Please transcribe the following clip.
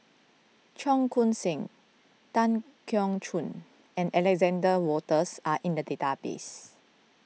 Cheong Koon Seng Tan Keong Choon and Alexander Wolters are in the database